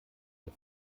des